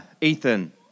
Ethan